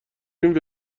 این